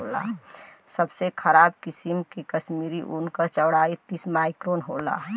सबसे खराब किसिम के कश्मीरी ऊन क चौड़ाई तीस माइक्रोन होला